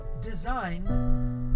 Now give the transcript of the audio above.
designed